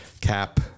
cap